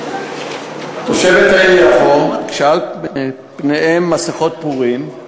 כשעל פניהם מסכות פורים,